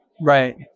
right